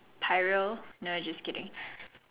no uh just kidding